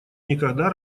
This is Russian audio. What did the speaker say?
никогда